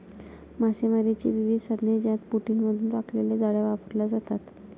मासेमारीची विविध साधने ज्यात बोटींमधून टाकलेल्या जाळ्या वापरल्या जातात